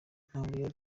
ntawe